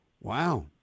Wow